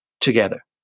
together